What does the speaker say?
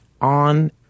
on